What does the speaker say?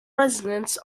residents